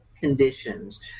conditions